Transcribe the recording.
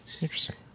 Interesting